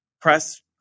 press